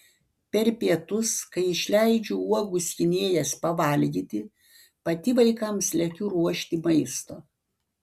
per pietus kai išleidžiu uogų skynėjas pavalgyti pati vaikams lekiu ruošti maisto